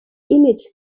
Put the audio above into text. image